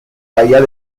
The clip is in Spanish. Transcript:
bahía